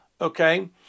Okay